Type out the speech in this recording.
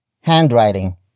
handwriting